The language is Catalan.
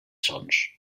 sons